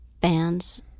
bands